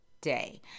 day